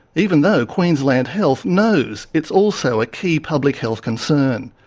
even though queensland health knows it's also ah key public health concern.